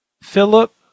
Philip